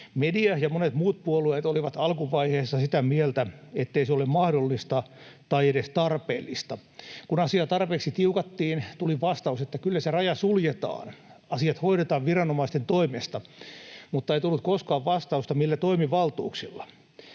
Media ja monet muut puolueet olivat alkuvaiheessa sitä mieltä, ettei se ole mahdollista tai edes tarpeellista. Kun asiaa tarpeeksi tiukattiin, tuli vastaus, että kyllä se raja suljetaan, asiat hoidetaan viranomaisten toimesta, mutta ei tullut koskaan vastausta, millä toimivaltuuksilla.